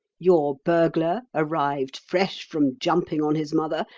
your burglar, arrived fresh from jumping on his mother,